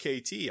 KT